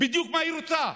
בדיוק מה היא רוצה.